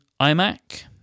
iMac